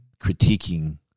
critiquing